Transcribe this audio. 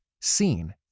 seen